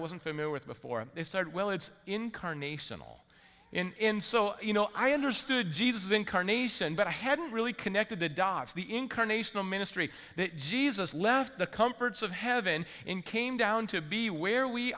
wasn't familiar with before they started well it's incarnation all in so you know i understood jesus incarnation but i hadn't really connected the dots the incarnational ministry that jesus left the comforts of heaven in came down to be where we